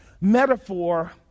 metaphor